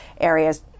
areas